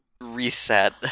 Reset